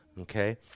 okay